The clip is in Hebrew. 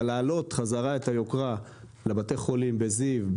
אבל להעלות בחזרה את היוקרה לבתי החולים בזיו,